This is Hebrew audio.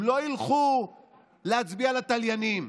הם לא ילכו להצביע לתליינים,